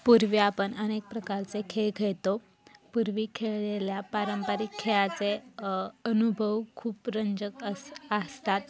पूर्वी आपण अनेक प्रकारचे खेळ खेळतो पूर्वी खेळलेल्या पारंपरिक खेळाचे अनुभव खूप रंजक अस असतात